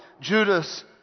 Judas